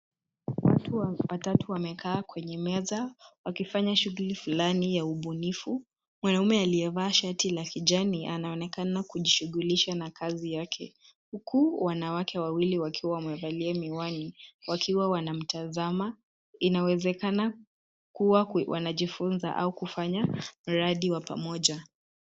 Watu watatu wamekaa kwenye meza, wakifanya shuguli flani ya ubunifu. Wanaume aliyevaa shati la kijani, anaonekana kujishugulisha na kazi yake. Huku wanawake wawili wakiwa wamevalia miwani, wakiwa wanamtazama, inawezekana kuwa wanajifunza au kufanya mradi wa pamoja.